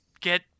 get